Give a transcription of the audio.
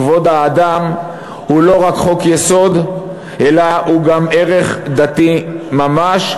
כבוד האדם הוא לא רק חוק-יסוד אלא הוא גם ערך דתי ממש,